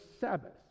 Sabbath